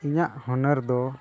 ᱤᱧᱟᱹᱜ ᱦᱩᱱᱟᱹᱨ ᱫᱚ